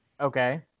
Okay